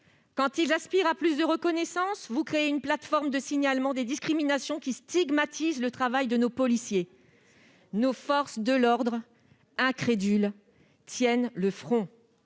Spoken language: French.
Quand elles aspirent à plus de reconnaissance, vous créez une plateforme de signalement des discriminations, qui stigmatise le travail de nos policiers, mais nos forces de l'ordre, incrédules, tiennent le front.